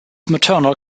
maternal